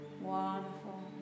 wonderful